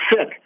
sick